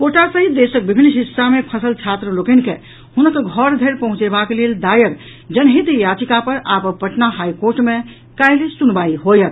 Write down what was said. quota सहित देशक विभिन्न हिस्सा मे फंसल छात्र लोकनि के हुनका घर धरि पहुंचेबाक लेल दायर जनहित याचिका पर आब पटना हाईकोर्ट मे काल्हि सुनवाई होयत